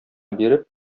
биреп